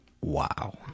Wow